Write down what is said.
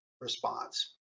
response